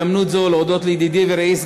אבקש בהזדמנות זו להודות לידידי ורעי,